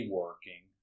working